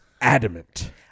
adamant